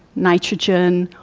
nitrogen,